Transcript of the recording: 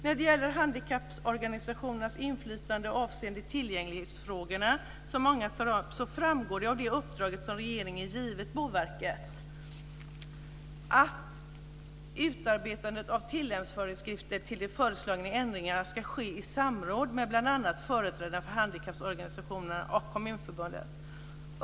När det gäller handikapporganisationernas inflytande avseende tillgänglighetsfrågorna, som många tar upp, framgår det av det uppdrag som regeringen givit Boverket att utarbetandet av tillämpningsföreskrifter till den föreslagna ändringen ska ske i samråd med bl.a. företrädare för handikapporganisationerna och Kommunförbundet.